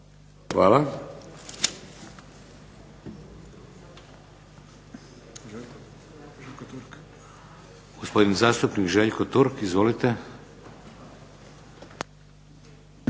Hvala. Gospodin zastupnik Željko Turk. Izvolite.